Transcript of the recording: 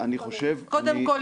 קודם כול,